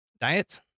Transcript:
Diets